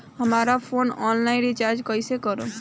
हमार phone online recharge कईसे करेम?